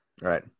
right